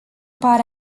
pare